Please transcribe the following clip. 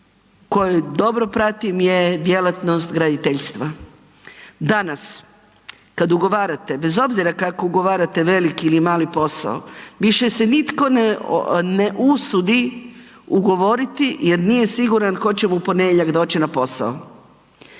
koju dobro pratim je djelatnost graditeljstva. Danas kad ugovarate, bez obzira kako ugovarate veliki ili mali posao, više se nitko ne usudi ugovoriti jer nije siguran tko će mu u ponedjeljak doći na posao.